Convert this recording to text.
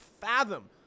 fathom